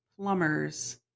plumbers